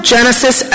Genesis